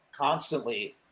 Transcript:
constantly